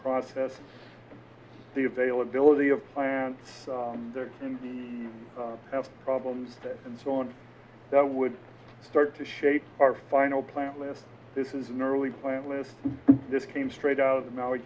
process the availability of plants have problems and so on that would start to shape our final plant list this is an early plant list this came straight out of the